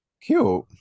Cute